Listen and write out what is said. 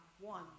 one